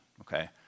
Okay